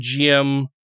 GM